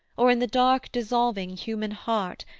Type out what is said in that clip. or in the dark dissolving human heart,